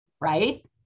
Right